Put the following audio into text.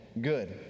good